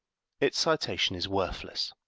its citation is worthless.